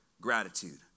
Gratitude